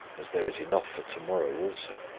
as there is enough for to-morrow also.